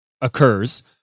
occurs